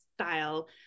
style